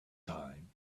time